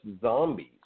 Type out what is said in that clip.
zombies